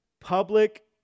Public